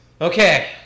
okay